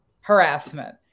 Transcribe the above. harassment